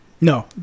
No